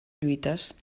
lluites